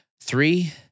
Three